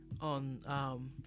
on